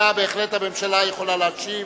בהחלט הממשלה יכולה להשיב.